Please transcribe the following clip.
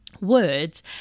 Words